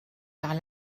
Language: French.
par